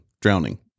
Drowning